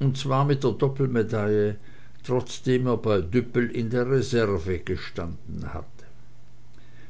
und zwar mit der düppelmedaille trotzdem er bei düppel in der reserve gestanden